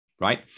right